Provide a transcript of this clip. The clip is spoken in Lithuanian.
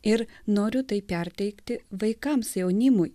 ir noriu tai perteikti vaikams jaunimui